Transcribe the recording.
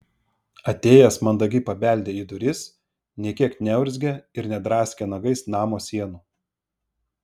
atėjęs mandagiai pabeldė į duris nė kiek neurzgė ir nedraskė nagais namo sienų